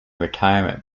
retirement